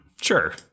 Sure